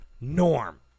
norm